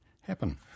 happen